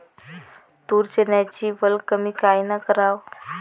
तूर, चन्याची वल कमी कायनं कराव?